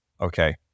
Okay